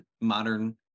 modern